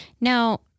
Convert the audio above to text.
Now